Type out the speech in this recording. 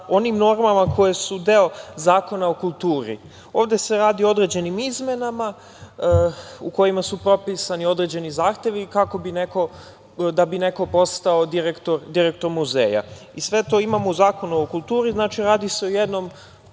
onim normama koje su deo Zakona o kulturi. Ovde se radi o određenim izmenama u kojima su propisani određeni zahtevi da bi neko postao direktor muzeja. Sve to imamo u Zakonu o kulturi. Znači, radi se o jednom,